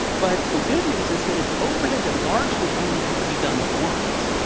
but the good news is that it's overhead that largely only has to be done once.